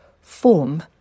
form